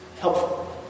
helpful